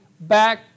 back